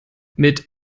mit